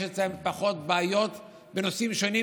יש אצלם פחות בעיות בנושאים שונים,